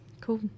Cool